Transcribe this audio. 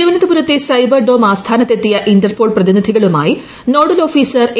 തിരുവനന്തപുരത്തെ cyber dome ആസ്ഥാനത്തെത്തിയ Interpol പ്രതിനിധികളുമായി നോഡൽ ഓഫീസർ എ